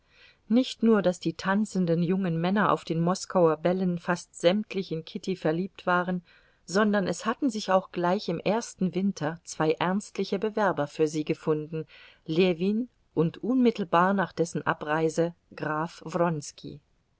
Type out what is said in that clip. nicht nur daß die tanzenden jungen männer auf den moskauer bällen fast sämtlich in kitty verliebt waren sondern es hatten sich auch gleich im ersten winter zwei ernstliche bewerber für sie gefunden ljewin und unmittelbar nach dessen abreise graf